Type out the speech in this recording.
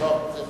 אבל אני,